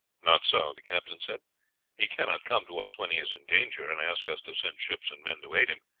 not so, the captain said he cannot come to us when he is in danger and ask us to send ships and men to aid him,